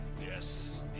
Yes